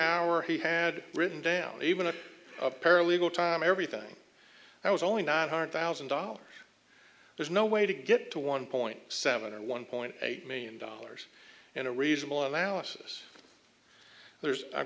hour he had written down even a paralegal time everything i was only nine hundred thousand dollars there's no way to get to one point seven or one point eight million dollars in a reasonable analysis there's